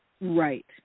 Right